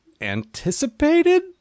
anticipated